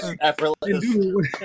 effortless